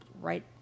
right